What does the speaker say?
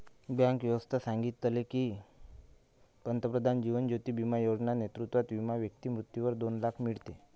bank व्यवस्था सांगितले की, पंतप्रधान जीवन ज्योती बिमा योजना नेतृत्वात विमा व्यक्ती मृत्यूवर दोन लाख मीडते